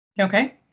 Okay